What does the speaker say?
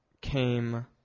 came